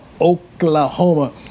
Oklahoma